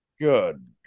Good